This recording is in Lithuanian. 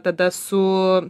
tada su